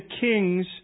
kings